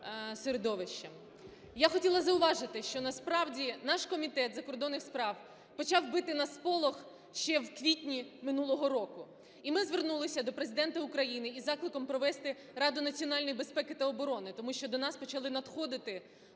середовищем. Я хотіла зауважити, що насправді наш Комітет закордонних справ почав бити на сполох ще в квітні минулого року, і ми звернулися до Президента України із закликом провести Раду національної безпеки та оброни, тому що до нас почали надходити